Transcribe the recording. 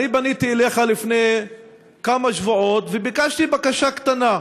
אני פניתי אליך לפני כמה שבועות וביקשתי בקשה קטנה,